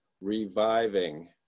reviving